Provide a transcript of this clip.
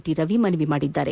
T Ravi ಮನವಿ ಮಾಡಿದ್ದಾರೆ